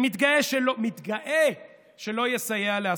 שמתגאה שלא יסייע לאחרים,